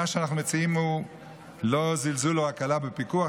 מה שאנחנו מציעים הוא לא זלזול או הקלה בפיקוח,